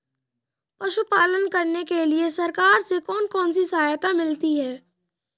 पशु पालन करने के लिए सरकार से कौन कौन सी सहायता मिलती है